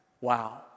Wow